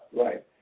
right